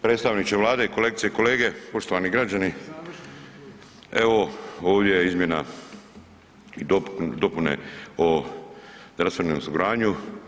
Predstavniče Vlade, kolegice i kolege, poštovani građani, evo ovdje je izmjena i dopune o zdravstvenom osiguranju.